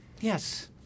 Yes